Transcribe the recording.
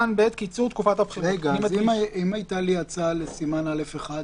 אם הייתה לי הצעה לסימן א'1?